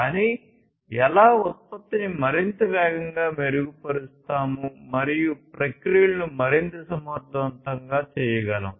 కానీ ఎలా ఉత్పత్తిని మరింత వేగంగా మెరుగుపరుస్తాము మరియు ప్రక్రియలను మరింత సమర్థవంతంగా చేయగలం